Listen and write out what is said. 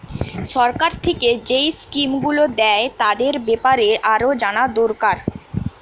সরকার থিকে যেই স্কিম গুলো দ্যায় তাদের বেপারে আরো জানা দোরকার